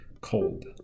cold